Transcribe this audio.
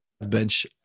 bench